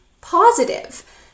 positive